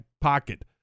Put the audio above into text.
pocket